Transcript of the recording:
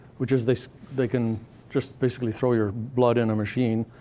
which is they they can just basically throw your blood in a machine,